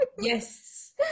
yes